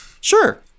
Sure